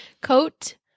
coat